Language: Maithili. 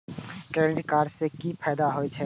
क्रेडिट कार्ड से कि फायदा होय छे?